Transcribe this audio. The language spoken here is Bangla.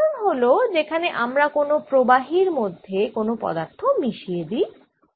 প্রসারণ হল যেখানে আমরা কোন প্রবাহীর মধ্যে কোন পদার্থ মিশিয়ে দিই